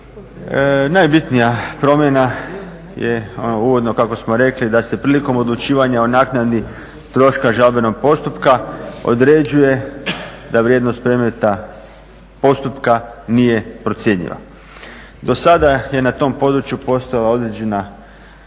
Najbitnija promjena je ono uvodno kako smo rekli da se prilikom odlučivanja o naknadi troška žalbenog postupka određuje da vrijednost predmeta postupka nije procjenjiva. Do sada je na tom području postojala određena